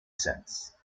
scents